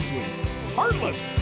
Heartless